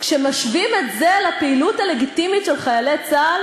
כשמשווים את זה לפעילות הלגיטימית של חיילי צה"ל,